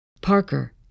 Parker